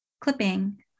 Clipping